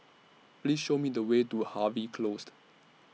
Please Show Me The Way to Harvey Closed